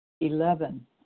Eleven